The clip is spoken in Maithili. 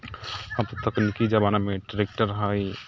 अब तकनीकी जमानामे ट्रेक्टर हय